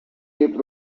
tape